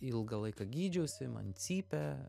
ilgą laiką gydžiausi man cypė